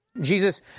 Jesus